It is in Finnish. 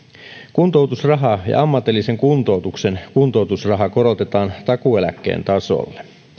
kuntoutusraha ja ammatillisen kuntoutuksen kuntoutusraha korotetaan takuueläkkeen tasolle